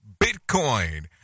Bitcoin